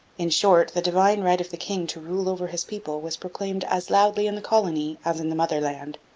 in short, the divine right of the king to rule over his people was proclaimed as loudly in the colony as in the motherland.